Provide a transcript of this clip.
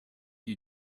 you